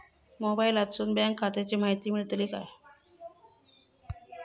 मोबाईलातसून बँक खात्याची माहिती मेळतली काय?